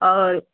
और